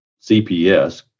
cps